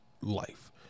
life